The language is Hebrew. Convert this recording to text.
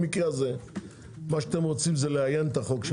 במקרה הזה מה שאתם רוצים זה לאיין את החוק,